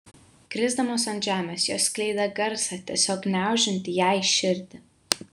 krisdamos ant žemės jos skleidė garsą tiesiog gniaužiantį jai širdį